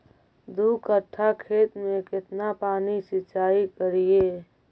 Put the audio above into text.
दू कट्ठा खेत में केतना पानी सीचाई करिए?